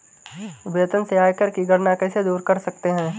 वेतन से आयकर की गणना कैसे दूर कर सकते है?